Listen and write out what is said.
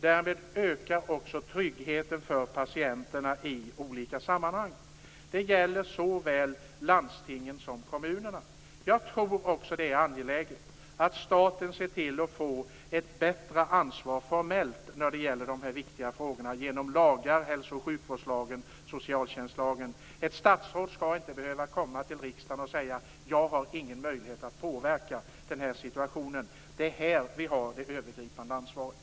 Därmed ökar också tryggheten för patienterna i olika sammanhang. Det gäller såväl landstingen som kommunerna. Jag tror också det är angeläget att staten ser till att få ett bättre ansvar formellt när det gäller dessa viktiga frågor genom lagar, t.ex. hälso och sjukvårdslagen och socialtjänstlagen. Ett statsråd skall inte behöva komma till riksdagen och säga: Jag har ingen möjlighet att påverka den här situationen. Det är här vi har det övergripande ansvaret.